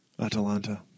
Atalanta